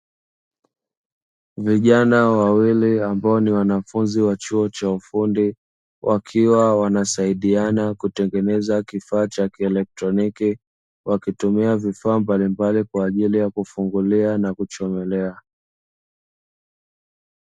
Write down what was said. Vijana wawili ambao ni wanafunzi wa chuo cha ufundi wakiwa wanasaidiana kutengeneza kifaa cha kielektroniki, wakitumia vifaa mbalimbali kwa ajili ya kufungulia na kuchomelea.